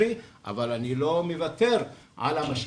אבל אני לא מוותר על המשאבים.